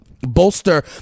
bolster